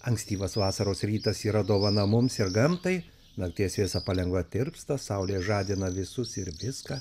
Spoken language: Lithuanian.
ankstyvas vasaros rytas yra dovana mums ir gamtai nakties vėsa palengva tirpsta saulė žadina visus ir viską